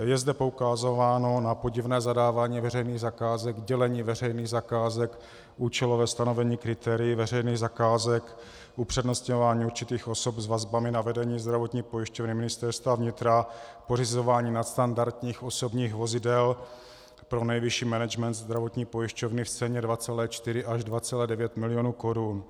Je zde poukazováno na podivné zadávání veřejných zakázek, dělení veřejných zakázek, účelové stanovení kritérií veřejných zakázek, upřednostňování určitých osob s vazbami na vedení Zdravotní pojišťovny Ministerstva vnitra, pořizování nadstandardních osobních vozidel pro nejvyšší management Zdravotní pojišťovny v ceně 2,4 až 2,9 milionu korun.